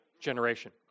generation